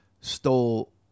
stole